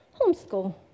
homeschool